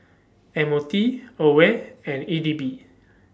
M O T AWARE and E D B